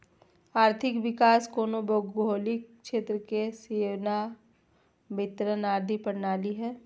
आर्थिक विकास कोनो भौगोलिक क्षेत्र के सेवा वितरण आर्थिक प्रणाली हइ